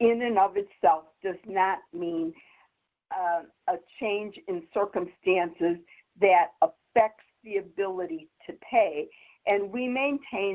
in and of itself does not mean a change in circumstances that affects the ability to pay and we maintain